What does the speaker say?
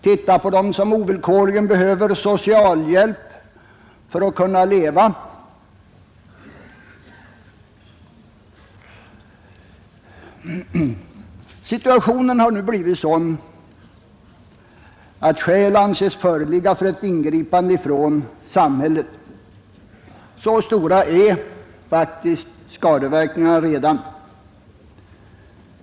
Titta på dem som ovillkorligen behöver socialhjälp för att kunna leva! Situationen har nu blivit sådan att skäl anses föreligga för ett ingripande från samhället. Så stora är faktiskt skadeverkningarna redan.